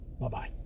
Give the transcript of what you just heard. Bye-bye